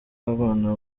w’abana